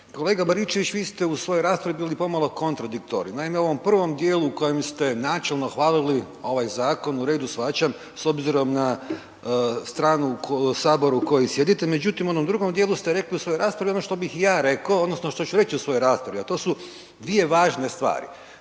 Kolega Baričević, vi ste u svojoj raspravi bili pomalo kontrafiktorni. Naime u ovom prvom dijelu u kojem ste načelno hvalili ovaj zakon, u redu, shvaćam, s obzirom na stranu u Saboru u kojem sjedite, međutim u onom drugom dijelu ste rekli u svojoj raspravi ono što bih i ja rekao, odnosno što ću reći u svojoj raspravi a to su dvije važne stvari.